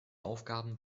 aufgaben